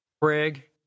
Craig